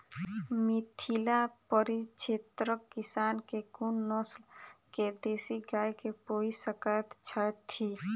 मिथिला परिक्षेत्रक किसान केँ कुन नस्ल केँ देसी गाय केँ पोइस सकैत छैथि?